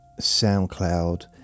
SoundCloud